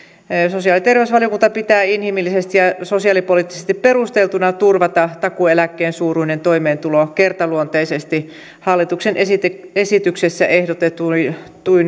sosiaali ja terveysvaliokunta pitää inhimillisesti ja sosiaalipoliittisesti perusteltuna turvata takuueläkkeen suuruinen toimeentulo kertaluonteisesti hallituksen esityksessä esityksessä ehdotetuin